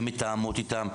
מתאמות איתם,